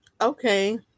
Okay